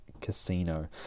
casino